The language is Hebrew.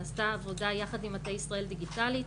נעשתה עבודה יחד עם מטה ישראל דיגיטלית,